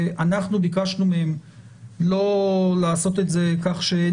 אנחנו ביקשנו מהם לא לעשות את זה כך שאין